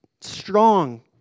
strong